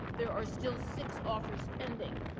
there are still six offers pending.